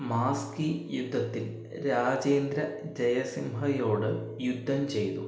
മാസ്കി യുദ്ധത്തിൽ രാജേന്ദ്ര ജയസിംഹയോട് യുദ്ധം ചെയ്തു